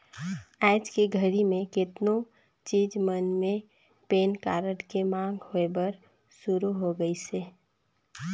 आयज के घरी मे केतनो चीच मन मे पेन कारड के मांग होय बर सुरू हो गइसे